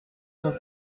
cent